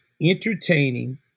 entertaining